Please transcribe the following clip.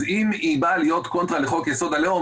אז אם היא באה להיות קונטרה לחוק יסוד: הלאום,